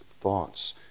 thoughts